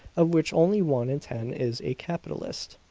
of which only one in ten is a capitalist.